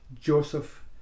Joseph